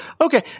okay